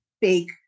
big